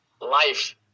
life